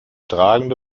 tragende